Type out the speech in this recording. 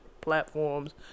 platforms